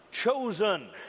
Chosen